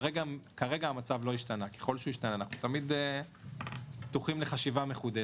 ככל שישתנה אנחנו תמיד פתוחים לחשיבה מחודשת.